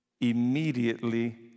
immediately